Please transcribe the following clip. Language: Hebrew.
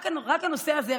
רק הנושא הזה,